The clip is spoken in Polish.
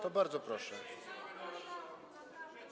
To bardzo proszę.